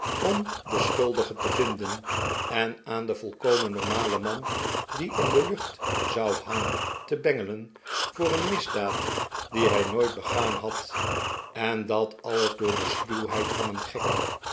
om den schuldige te vinden en aan den volkomen normalen man die in de lucht zou hangen te bengelen voor een misdaad die hij nooit begaan had en dat alles door de sluwheid van een gek